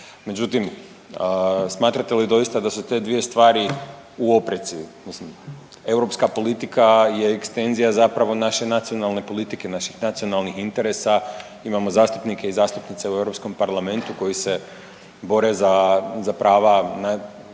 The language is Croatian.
Međutim, smatrate li doista da su te dvije stvari u opreci? Europska politika je ekstenzija zapravo naše nacionalne politike naših nacionalnih interesa. Imamo zastupnike i zastupnice u Europskom parlamentu koji se bore za prava naših